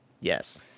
Yes